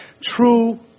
true